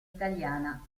italiana